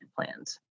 plans